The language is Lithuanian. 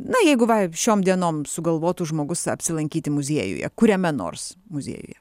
na jeigu va šiom dienom sugalvotų žmogus apsilankyti muziejuje kuriame nors muziejuje